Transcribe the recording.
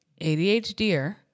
ADHDer